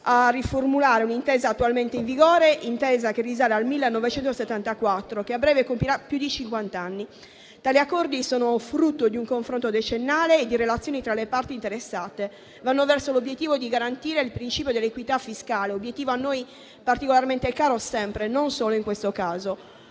a riformulare un'intesa attualmente in vigore, che risale al 1974, che a breve compirà più di cinquanta anni. Tali accordi sono frutto di un confronto decennale e di relazioni tra le parti interessate, vanno verso l'obiettivo di garantire il principio dell'equità fiscale, a noi particolarmente caro sempre, e non solo in questo caso.